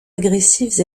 agressives